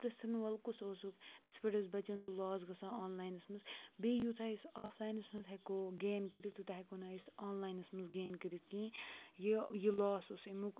پِرٛژھَن وول کُس اوسُکھ تِتھ پٲٹھۍ ٲسۍ بَچَن تہِ لاس گژھان آن لاینَس منٛز بیٚیہِ یوٗتاہ یُس آفلاینَس منٛز ہٮ۪کو گین کٔرِتھ تیوٗتاہ ہٮ۪کو نہٕ أسۍ آن لاینَس منٛز گین کٔرِتھ کِہیٖنۍ یہِ یہِ لاس اوس اَمیُک